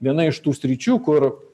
viena iš tų sričių kur